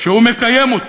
שהוא מקיים אותן.